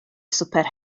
swper